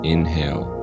Inhale